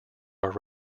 are